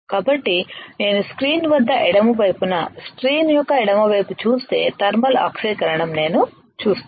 కాబట్టి నేను స్క్రీన్ వద్ద ఎడమ వైపున స్క్రీన్ యొక్క ఎడమ వైపు చూస్తే థర్మల్ ఆక్సీకరణం నేను చూస్తాను